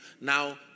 now